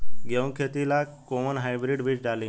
गेहूं के खेती ला कोवन हाइब्रिड बीज डाली?